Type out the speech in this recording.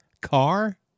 car